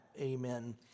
Amen